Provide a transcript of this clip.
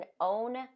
own